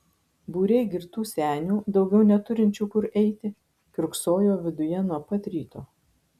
būriai girtų senių daugiau neturinčių kur eiti kiurksojo viduje nuo pat ryto